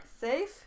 Safe